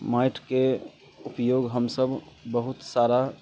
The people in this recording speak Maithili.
माटिके उपयोग हमसभ बहुत सारा